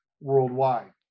worldwide